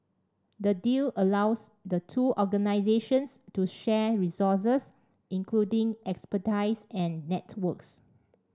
the deal allows the two organisations to share resources including expertise and networks